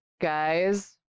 guys